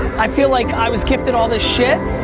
i feel like i was gifted all this shit,